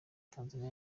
tanzania